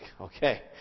Okay